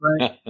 Right